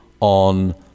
on